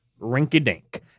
rinky-dink